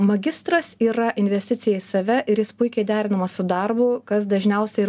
magistras yra investicija į save ir jis puikiai derinamas su darbu kas dažniausia ir